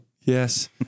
Yes